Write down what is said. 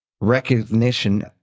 recognition